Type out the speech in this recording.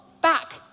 back